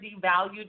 devalued